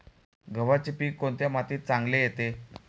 गव्हाचे पीक कोणत्या मातीत चांगले येते?